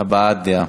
הבעת דעה.